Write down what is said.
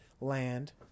land